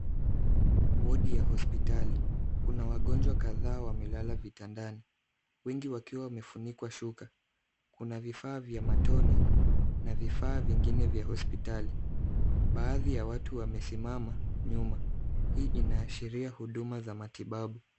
Wodi ya hospitali kuna wagonjwa kadhaa wamelala vitandani wengi wakiwa wamefunikwa shuka. Kuna vifaa vya matone na vifaa vingine vya hospitali. Baadhi ya watu wamesimama nyuma. Hii inaashiria huduma za matibabu.